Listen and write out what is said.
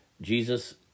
Jesus